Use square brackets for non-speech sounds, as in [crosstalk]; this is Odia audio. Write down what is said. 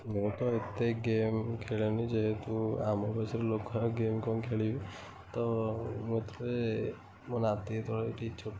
ମୁଁ ତ ଏତେ ଗେମ୍ ଖେଳେନି ଯେହେତୁ ଆମ ବୟସର ଲୋକ ଆଉ ଗେମ୍ କ'ଣ ଖେଳିବେ ତ ମୁଁ [unintelligible] ମୋ ନାତି ଯେତେବେଳେ ଏଠି [unintelligible]